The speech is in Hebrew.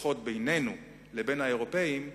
לפחות בינינו לבין האירופים,